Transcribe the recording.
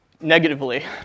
negatively